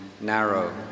narrow